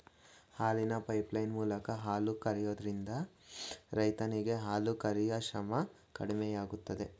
ಹಾಲಿನ ಪೈಪ್ಲೈನ್ ಮೂಲಕ ಹಾಲು ಕರಿಯೋದ್ರಿಂದ ರೈರರಿಗೆ ಹಾಲು ಕರಿಯೂ ಶ್ರಮ ಕಡಿಮೆಯಾಗುತ್ತೆ